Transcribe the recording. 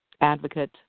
advocate